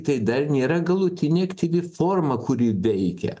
tai dar nėra galutinė aktyvi forma kuri veikia